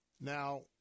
Now